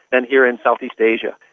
and here in southeast asia.